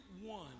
one